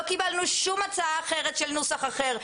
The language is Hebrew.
לא קיבלנו כל הצעה אחרת לנוסח אחר.